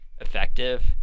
effective